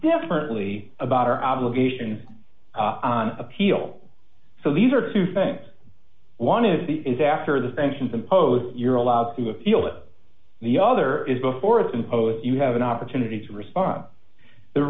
differently about our obligation on appeal so these are two things one is the is after the sanctions imposed you're allowed to appeal that the other is before it's imposed you have an opportunity to respond the